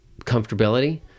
comfortability